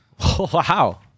Wow